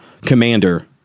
commander